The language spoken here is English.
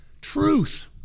Truth